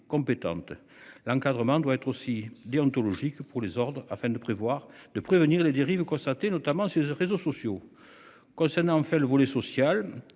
compétentes l'encadrement doit être aussi déontologique pour les ordres afin de prévoir de prévenir les dérives constatées, notamment ses réseaux sociaux. Concernant enfin le volet social.